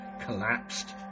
collapsed